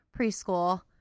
preschool